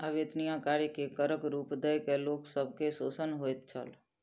अवेत्निया कार्य के करक रूप दय के लोक सब के शोषण होइत छल